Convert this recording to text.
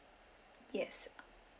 yes